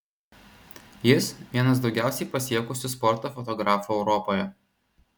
jis vienas daugiausiai pasiekusių sporto fotografų europoje